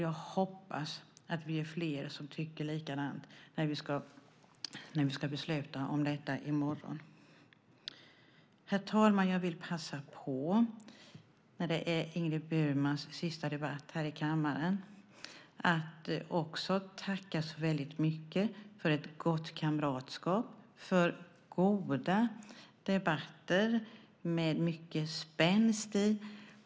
Jag hoppas att vi är fler som tycker likadant när vi ska besluta om detta i morgon. Herr talman! Jag vill passa på, när det nu är Ingrid Burmans sista debatt här i kammaren, att tacka så väldigt mycket för ett gott kamratskap, för goda debatter med mycket spänst i.